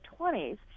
20s